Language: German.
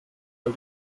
all